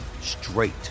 straight